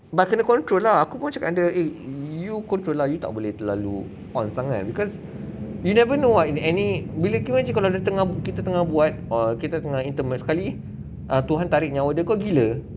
but kena control lah aku pun cakap dengan dia eh you control lah you tak boleh terlalu on sangat leh because you never know ah in any bila kau orang cakap dia tengah kita tengah buat or kita tengah intimate sekali err tuhan tarik nyawa dia ke gila